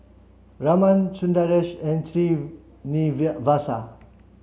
Raman Sundaresh and